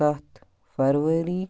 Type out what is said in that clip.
سَتھ فرؤری